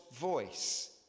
voice